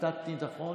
ציטטתי נכון?